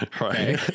Right